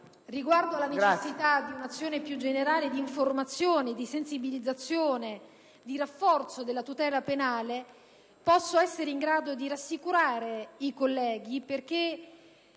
riguardo alla necessità di un'azione più generale di informazione, di sensibilizzazione, di rafforzamento della tutela penale sono in grado di rassicurare i colleghi, perché